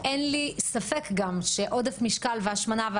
אין לי ספק גם שעודף משקל והשמנה עולים הרבה למערכת הבריאות בשנה,